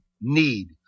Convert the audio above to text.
need